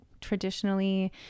traditionally